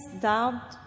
doubt